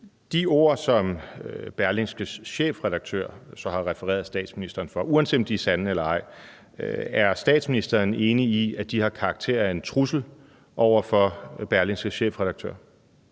de ord, som Berlingskes chefredaktør har refereret statsministeren for, uanset om de er sande eller ej, har karakter af en trussel over for Berlingskes chefredaktør?